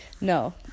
no